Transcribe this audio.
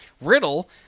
riddle